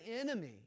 enemy